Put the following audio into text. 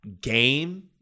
game